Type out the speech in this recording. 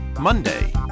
monday